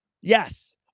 yes